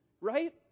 right